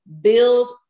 build